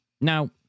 Now